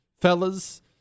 fellas